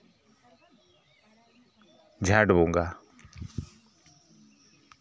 ᱡᱷᱮᱸᱴ ᱵᱚᱸᱜᱟ